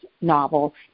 novel